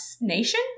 nation